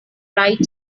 right